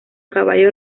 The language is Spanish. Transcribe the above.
caballo